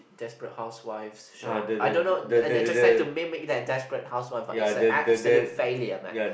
desperate housewife show I don't know and they just like to mimic that desperate housewife but it's a absolute failure man